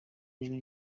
w’ijwi